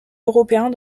européens